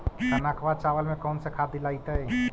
कनकवा चावल में कौन से खाद दिलाइतै?